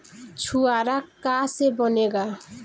छुआरा का से बनेगा?